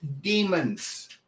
demons